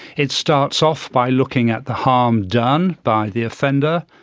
it starts off by looking at the harm done by the offender,